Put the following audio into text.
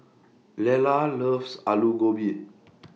Lella loves Aloo Gobi